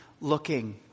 Looking